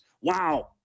Wow